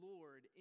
Lord